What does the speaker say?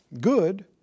good